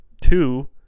Two